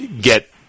get